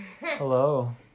Hello